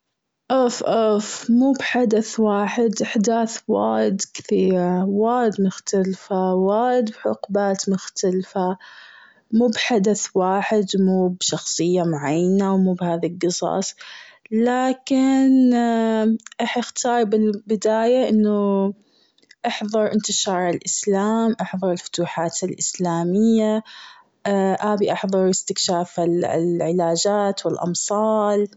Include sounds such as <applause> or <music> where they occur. اوف اوف موب حدث واحد أحداث وايد كثيرة وايد مختلفة وايد حقبات مختلفة موب حدث واحد موب شخصية معينة موب هذا القصص لكن <hesitation> راح اختار في البداية أنه أحضر انتشار الإسلام أحضر الفتوحات الإسلامية <hesitation> أبي أحضر اكتشاف العلاجات والأمصال.